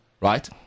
right